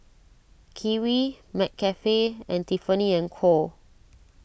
Kiwi McCafe and Tiffany and Co